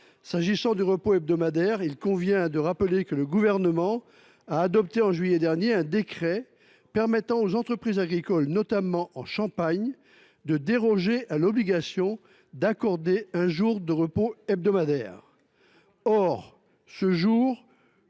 droit au repos hebdomadaire. Mes chers collègues, je vous rappelle que le Gouvernement a publié, en juillet dernier, un décret permettant aux entreprises agricoles, notamment en Champagne, de déroger à l’obligation d’accorder un jour de repos hebdomadaire. Or ce jour